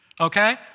okay